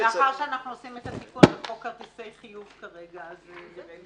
מאחר ואנחנו עושים את התיקון בחוק כרטיסי חיוב כרגע --- לא,